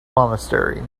monastery